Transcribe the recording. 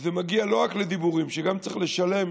כשזה מגיע לא רק לדיבורים, כשגם צריך לשלם,